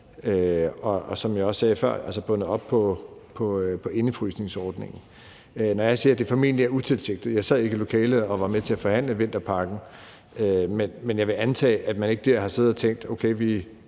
Og som jeg også sagde før, er det bundet op på indefrysningsordningen. Når jeg siger, at det formentlig er utilsigtet, vil jeg sige, at jeg ikke sad i lokalet og var med til at forhandle om vinterpakken, men jeg vil antage, at man ikke der har siddet og tænkt: Okay, vi